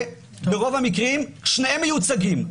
וברוב המקרים שניהם מיוצגים.